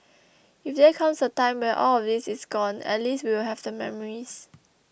if there comes a time when all of this is gone at least we will have the memories